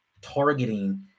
targeting